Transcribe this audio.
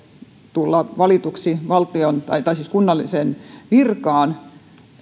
tulla valituiksi kunnalliseen virkaan jopa